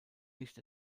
nicht